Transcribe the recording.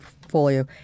portfolio